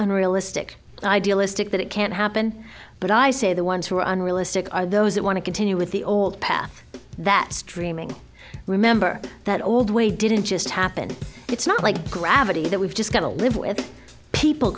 unrealistic idealistic that it can't happen but i say the ones who are unrealistic are those that want to continue with the old path that streaming remember that old way didn't just happen it's not like gravity that we've just got to live with people